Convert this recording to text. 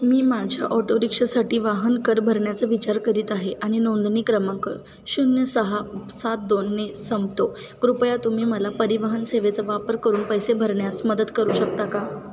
मी माझ्या ऑटोरिक्षासाठी वाहन कर भरण्याचा विचार करीत आहे आणि नोंदणी क्रमांक शून्य सहा सात दोनने संपतो कृपया तुम्ही मला परिवहन सेवेचा वापर करून पैसे भरण्यास मदत करू शकता का